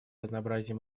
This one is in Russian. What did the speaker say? разнообразия